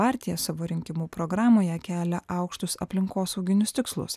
partija savo rinkimų programoje kelia aukštus aplinkosauginius tikslus